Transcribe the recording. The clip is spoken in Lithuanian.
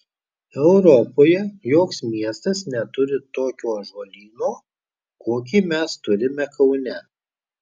europoje joks miestas neturi tokio ąžuolyno kokį mes turime kaune